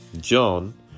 John